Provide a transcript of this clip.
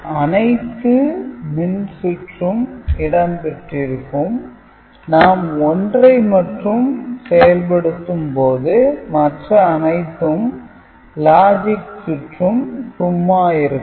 இதில் அனைத்து மின்சுற்றும் இடம் பெற்றிருக்கும் நாம் ஒன்றை மட்டும் செயல்படுத்தும் போது மற்ற அனைத்து லாஜிக் சுற்றும் சும்மா இருக்கும்